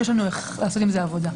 יש לנו איך לעשות עם זה עבודה.